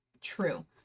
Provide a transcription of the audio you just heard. True